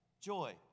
joy